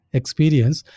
experience